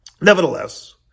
nevertheless